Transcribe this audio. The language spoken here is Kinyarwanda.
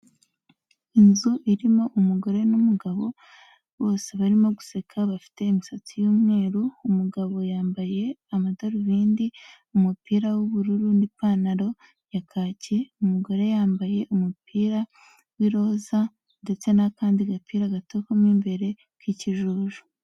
Inzu irimo umugore n'umugabo, bose barimo guseka bafite imisatsi y'umweru, umugabo yambaye amadarubindi umupira w'ubururu n'ipantaro ya kake, umugore yambaye umupira w'iroza, ndetse n'akandi gapira gato ko mo imbere, k'ikijuju.